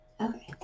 Okay